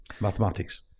mathematics